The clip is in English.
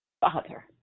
Father